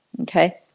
okay